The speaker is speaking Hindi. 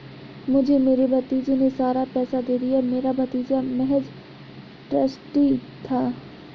मुझे मेरे भतीजे ने सारा पैसा दे दिया, मेरा भतीजा महज़ ट्रस्टी था